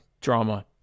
drama